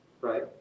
right